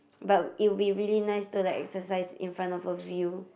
but it'll be really nice to like exercise in front of a view